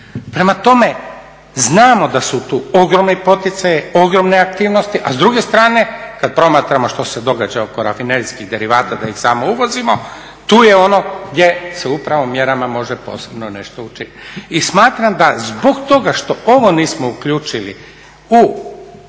Prema tome, znamo da su tu ogromni poticaji, ogromne aktivnosti, a s druge strane kada promatramo što se događa oko rafinerijskih derivata da ih samo uvozimo, tu je ono gdje se upravo mjerama može posebno nešto učiniti. I smatram da zbog toga što ovo nismo uključili u strategiju